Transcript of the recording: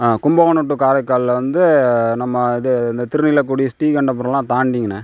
Kumbakonam to காரைக்காலில் வந்து நம்ம இது இந்த திருநீலக்குடி ஸ்ரீகண்டபுரம்லாம் தாண்டிங்கண்ணா